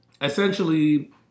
Essentially